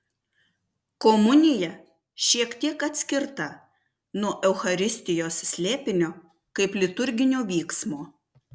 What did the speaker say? komunija šiek tiek atskirta nuo eucharistijos slėpinio kaip liturginio vyksmo